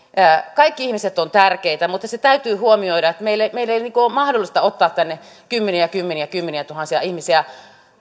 kaikki ihmiset ovat tärkeitä mutta se täytyy huomioida että meillä ei ole mahdollisuutta ottaa tänne kymmeniä kymmeniä kymmeniätuhansia ihmisiä